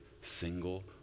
single